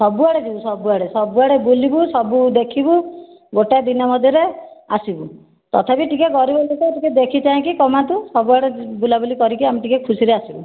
ସବୁଆଡ଼େ ଯିବୁ ସବୁଆଡ଼େ ସବୁଆଡ଼େ ବୁଲିବୁ ସବୁ ଦେଖିବୁ ଗୋଟେ ଦିନ ମଧ୍ୟରେ ଆସିବୁ ତଥାପି ଟିକେ ଗରିବ ଲୋକ ଟିକେ ଦେଖି ଚାହିଁକି କମାନ୍ତୁ ସବୁଆଡ଼େ ବୁଲାବୁଲି କରିକି ଆମେ ଟିକିଏ ଖୁସିରେ ଆସିବୁ